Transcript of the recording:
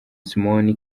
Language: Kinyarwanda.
simoni